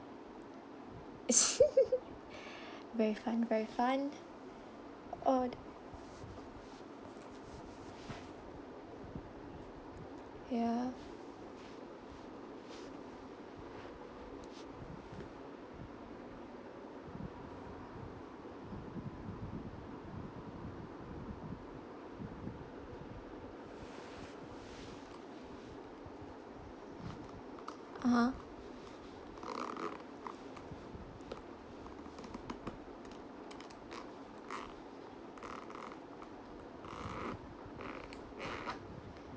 very fun very fun oh ya (uh huh)